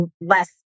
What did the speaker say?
less